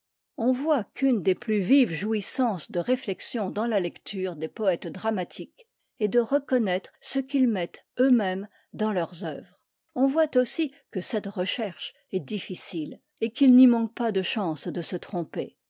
on voit qu'une des plus vives jouissances de réflexion dans la lecture des poètes dramatiques est de reconnaître ce qu'ils mettent eux-mêmes dans leurs œuvres on voit aussi que cette recherche est difficile et qu'il n'y manque pas de chances de se tromper